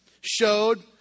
showed